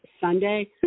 sunday